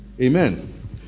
Amen